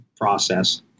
process